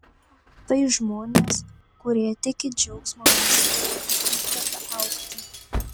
tai žmonės kurie tiki džiaugsmo misija ir įkvepia augti